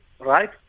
right